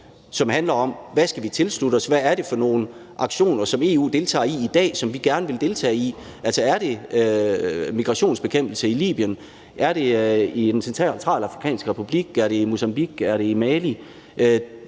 som handler om, hvad vi skal tilslutte os, og hvad det er for nogle aktioner, som EU udfører i dag, som vi gerne vil deltage i – er det migrationsbekæmpelse i Libyen? Er det i Den Centralafrikanske Republik? Er det i Mozambique? Er det i Mali?